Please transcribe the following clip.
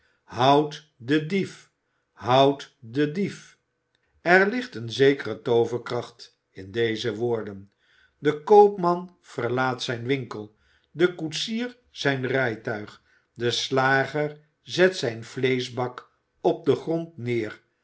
houdt den dief houdt den dief er ligt eene zekere tooverkracht in deze woorden de koopman verlaat zijn winkel de koetsier zijn rijtuig de slager zet zijn vleeschbak op den grond neer